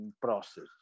process